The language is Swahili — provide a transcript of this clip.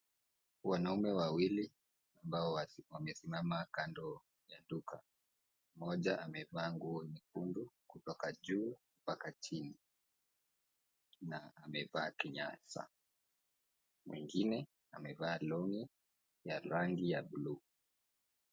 Wanaume wawili ambao wamesimama nje ya duka. Mmoja amevaa nguo nyekundu kutoka juu mpaka chini, na amevaa kinyasa . Mwingine amevaa long'i ya rangi ya bluu.